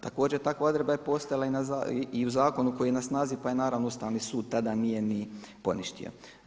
Također takva odredba je postojala i u Zakonu koji je na snazi pa je naravno Ustavni sud tada nije ni poništio.